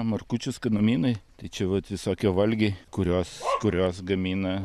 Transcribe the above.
markučių skanumynai tai čia vat visokie valgiai kuriuos kuriuos gamina